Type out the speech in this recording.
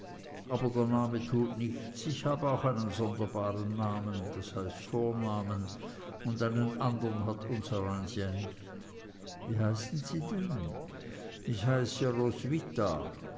aber der name tut nichts ich habe auch einen sonderbaren namen das heißt vornamen und einen andern hat unsereins ja nicht wie heißen sie denn ich heiße roswitha